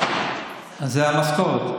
זה המשכורת.